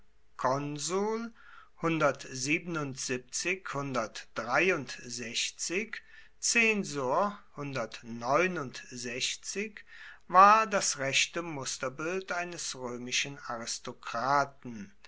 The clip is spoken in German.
war das rechte musterbild eines römischen aristokraten